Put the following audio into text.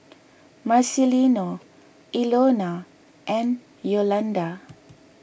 Marcelino Ilona and Yolanda